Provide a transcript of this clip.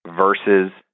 versus